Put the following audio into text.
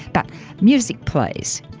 but music plays.